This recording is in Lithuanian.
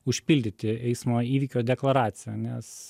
užpildyti eismo įvykio deklaraciją nes